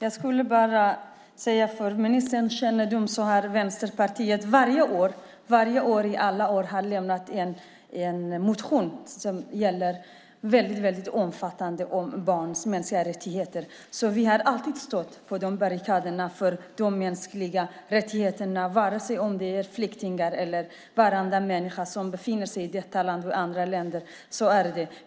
Fru talman! För ministerns kännedom vill jag säga att Vänsterpartiet varje år i alla år har lämnat en väldigt omfattande motion om barns mänskliga rättigheter. Vi har alltid stått på barrikaderna för de mänskliga rättigheterna, vare sig det gäller flyktingar eller andra människor som befinner sig i detta land eller andra länder. Så är det.